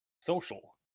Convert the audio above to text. social